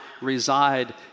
reside